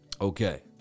Okay